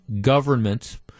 government